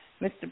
Mr